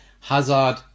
Hazard